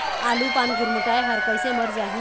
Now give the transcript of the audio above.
आलू पान गुरमुटाए हर कइसे मर जाही?